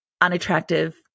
unattractive